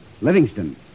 Livingston